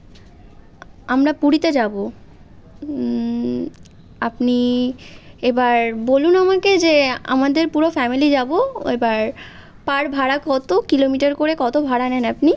আমরা পুরীতে যাবো আপনি এবার বলুন আমাকে যে আমাদের পুরো ফ্যামেলি যাবো এবার পার ভাড়া কতো কিলোমিটার করে কতো ভাড়া নেন আপনি